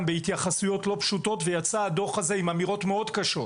בהתייחסויות לא פשוטות ויצא הדוח הזה עם אמירות מאוד קשות.